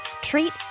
Treat